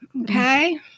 Okay